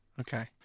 Okay